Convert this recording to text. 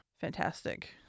fantastic